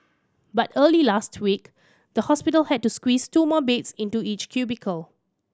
but early last week the hospital had to squeeze two more beds into each cubicle